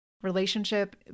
Relationship